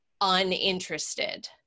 uninterested